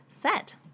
set